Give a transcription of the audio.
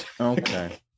Okay